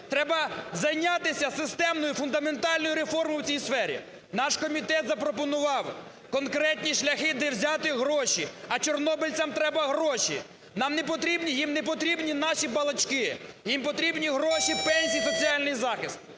треба зайнятися системною фундаментальною реформою у цій сфері. Наш комітет запропонував конкретні шляхи, де взяти гроші, а чорнобильцям треба гроші. Нам не потрібні, їм не потрібні наші балачки. Їм потрібні гроші, пенсії, соціальний захист.